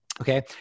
Okay